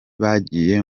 bagiye